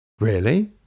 Really